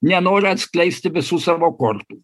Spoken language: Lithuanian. nenori atskleisti visų savo kortų